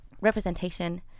representation